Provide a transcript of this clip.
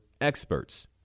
experts